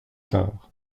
tard